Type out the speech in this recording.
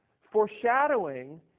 foreshadowing